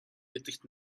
гэдэгт